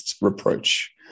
reproach